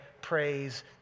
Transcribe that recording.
praise